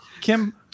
Kim